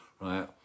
right